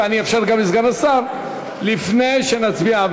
ואני אאפשר לסגן השר לפני שנצביע,